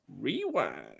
rewind